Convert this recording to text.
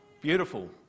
Beautiful